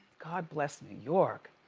god bless new york.